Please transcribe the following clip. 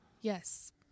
Yes